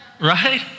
right